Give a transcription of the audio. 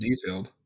detailed